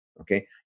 Okay